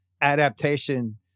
Adaptation